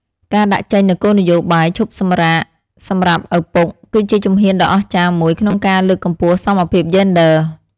ការដាក់ចេញនូវគោលនយោបាយឈប់សម្រាកសម្រាប់ឪពុក គឺជាជំហានដ៏អស្ចារ្យមួយក្នុងការលើកកម្ពស់សមភាពយេនឌ័រ។